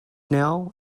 now